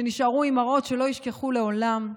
שנשארו עם מראות שלא ישכחו לעולם,